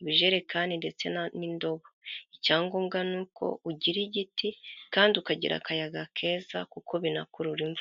ibijerekani ndetse n'indobo icyangombwa ni uko ugira igiti kandi ukagira akayaga keza kuko binakurura imvu.